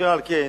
אשר על כן,